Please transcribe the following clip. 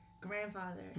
grandfather